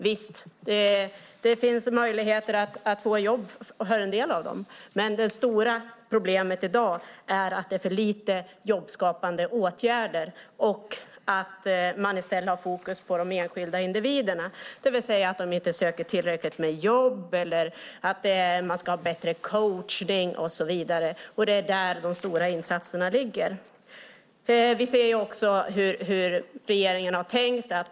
Visst finns det möjligheter att få jobb för en del av dem. Men det stora problemet i dag är att det är för lite jobbskapande åtgärder och att man i stället lägger fokus på de enskilda individerna, det vill säga att de inte söker tillräckligt med jobb eller att de ska ha bättre coachning och så vidare. Det är där de stora insatserna ligger. Vi ser också hur regeringen har tänkt.